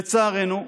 לצערנו,